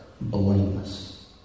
blameless